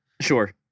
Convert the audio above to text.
Sure